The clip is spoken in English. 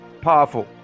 powerful